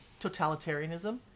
totalitarianism